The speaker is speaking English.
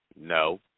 No